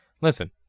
listen